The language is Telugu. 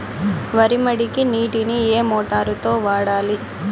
వరి మడికి నీటిని ఏ మోటారు తో వాడాలి?